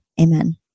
amen